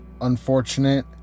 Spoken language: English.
unfortunate